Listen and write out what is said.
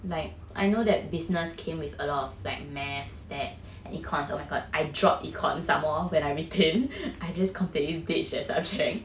like I know that business came with a lot of like maths stats and econs oh my god I dropped econs somemore when I retain I just completely ditched that subject